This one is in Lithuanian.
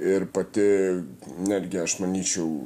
ir pati netgi aš manyčiau